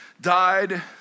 died